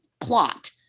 plot